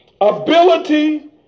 ability